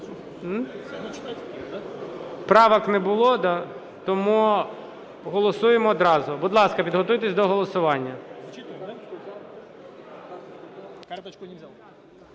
Правок не було, тому голосуємо одразу. Будь ласка, підготуйтесь до голосування.